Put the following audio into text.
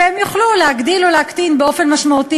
והם יוכלו להגדיל או להקטין באופן משמעותי